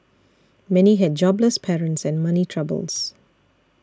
many had jobless parents and money troubles